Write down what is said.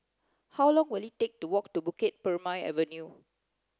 how long will it take to walk to Bukit Purmei Avenue